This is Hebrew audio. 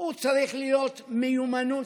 צריך להיות מיומנות.